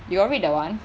you got read that [one]